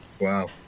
Wow